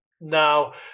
now